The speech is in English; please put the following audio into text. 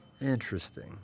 interesting